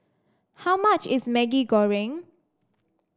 how much is Maggi Goreng